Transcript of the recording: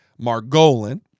Margolin